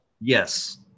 Yes